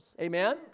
Amen